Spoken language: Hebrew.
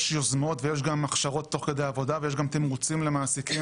יש יוזמות ויש גם הכשרות תוך כדי עבודה ויש גם תמרוצים למעסיקים.